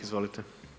Izvolite.